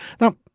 Now